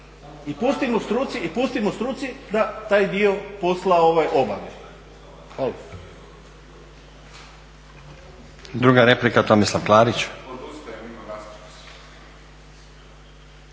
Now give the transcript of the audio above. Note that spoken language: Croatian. I pustimo struci da taj dio posla obavi.